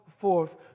forth